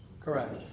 Correct